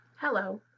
Hello